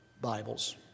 Bibles